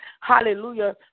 hallelujah